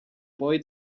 boy